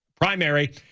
primary